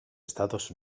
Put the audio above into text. estados